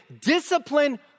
discipline